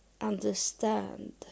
understand